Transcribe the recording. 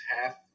half